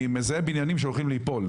אני מזהה בניינים שעומדים לפול,